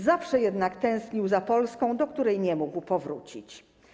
Zawsze jednak tęsknił za Polską, do której nie mógł powrócić.